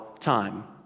Time